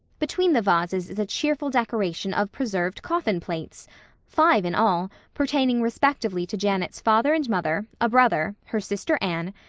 between the vases is a cheerful decoration of preserved coffin plates five in all, pertaining respectively to janet's father and mother, a brother, her sister anne,